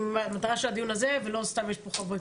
המטרה של הדיון הזה ולא סתם יש פה חברי